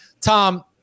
Tom